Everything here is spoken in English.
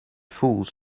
fools